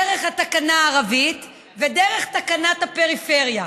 דרך התקנה הערבית ודרך תקנת הפריפריה.